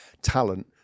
talent